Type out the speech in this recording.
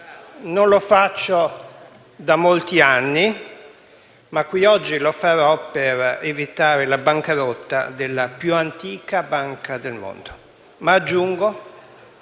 Non lo faccio da molti anni, ma qui oggi lo farò per evitare la bancarotta della più antica banca del mondo. Ma aggiungo